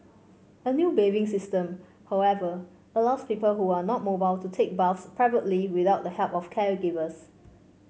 a new bathing system however allows people who are not mobile to take baths privately without the help of caregivers